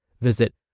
Visit